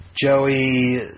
Joey